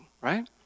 Right